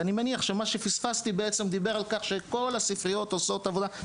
ואני מניח שמה שפספסתי בעצם דיבר על כך שכל הספריות עושות עבודה,